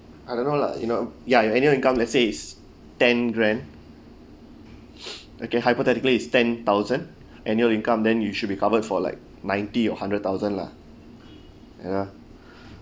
I don't know lah you know ya you annual income let's say is ten grand okay hypothetically is ten thousand annual income then you should be covered for like ninety or hundred thousand lah ya